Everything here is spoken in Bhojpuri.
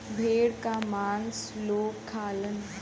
भेड़ क मांस लोग खालन